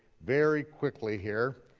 very quickly here,